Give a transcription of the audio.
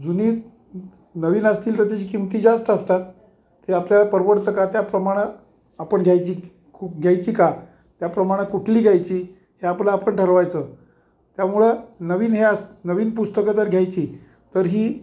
जुनी नवीन असतील तर त्याची किंमती जास्त असतात ते आपल्याला परवडेल का त्या प्रमाणात आपण घ्यायची खूप घ्यायची का त्या प्रमाणं कुठली घ्यायची हे आपलं आपण ठरवायचं त्यामुळं नवीन हे नवीन पुस्तकं जर घ्यायची तर ही